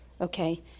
okay